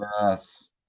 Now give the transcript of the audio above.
yes